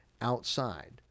outside